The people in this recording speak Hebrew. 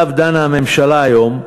שעליו דנה הממשלה היום,